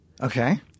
Okay